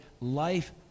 life